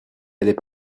elles